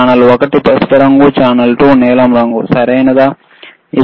channel ఒకటి పసుపు రంగు ఛానల్ 2 నీలం రంగు సరియైనదేనా